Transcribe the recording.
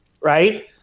right